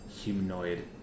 humanoid